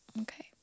okay